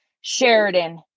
Sheridan